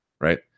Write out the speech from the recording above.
Right